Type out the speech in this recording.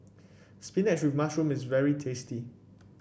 spinach with mushroom is very tasty